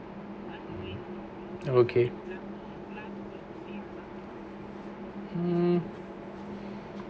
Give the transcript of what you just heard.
okay mm